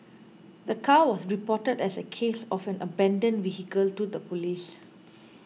the car was reported as a case of an abandoned vehicle to the police